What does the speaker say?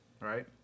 right